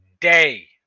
day